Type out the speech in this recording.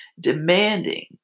demanding